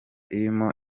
irimo